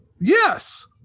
Yes